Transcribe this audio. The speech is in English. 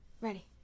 Ready